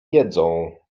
jedzą